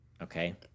Okay